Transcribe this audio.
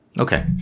Okay